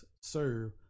serve